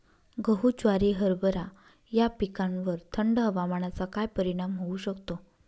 गहू, ज्वारी, हरभरा या पिकांवर थंड हवामानाचा काय परिणाम होऊ शकतो?